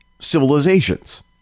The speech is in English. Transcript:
civilizations